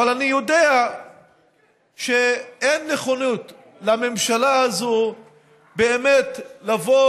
אבל אני יודע שאין נכונות לממשלה הזו באמת לבוא